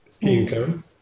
income